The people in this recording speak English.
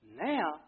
Now